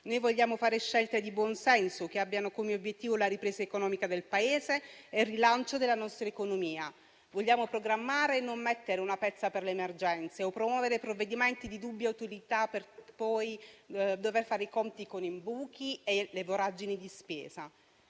Noi vogliamo fare scelte di buon senso che abbiano come obiettivo la ripresa economica del Paese e il rilancio della nostra economia. Vogliamo programmare e non mettere una pezza per le emergenze o promuovere provvedimenti di dubbia autorità per poi dover fare i conti con i buchi e le voragini di spesa.